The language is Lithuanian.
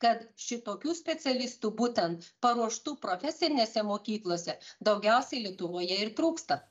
kad šitokių specialistų būtent paruoštų profesinėse mokyklose daugiausiai lietuvoje ir trūksta